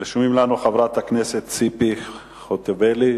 רשומים לנו: חברת הכנסת ציפי חוטובלי,